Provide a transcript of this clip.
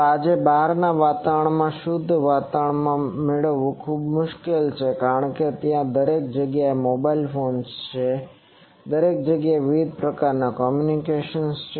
તો આજે બહારના વાતાવરણમાં શુદ્ધ વાતાવરણ મેળવવું ખૂબ જ મુશ્કેલ છે કારણ કે ત્યાં દરેક જગ્યાએ મોબાઈલ ફોન્સ છે ત્યાં દરેક જગ્યાએ વિવિધ પ્રકારના કોમ્યુનિકેશન્સ છે